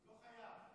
הוא לא חייב.